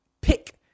pick